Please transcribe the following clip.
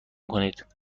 کنید